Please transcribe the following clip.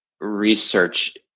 research